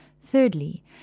Thirdly